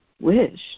wish